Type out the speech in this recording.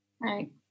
Right